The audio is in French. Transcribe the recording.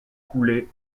coulaient